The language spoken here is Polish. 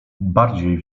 bardziej